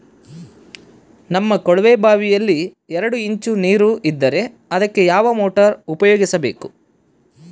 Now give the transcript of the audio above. ನಮ್ಮ ಕೊಳವೆಬಾವಿಯಲ್ಲಿ ಎರಡು ಇಂಚು ನೇರು ಇದ್ದರೆ ಅದಕ್ಕೆ ಯಾವ ಮೋಟಾರ್ ಉಪಯೋಗಿಸಬೇಕು?